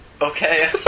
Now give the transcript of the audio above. Okay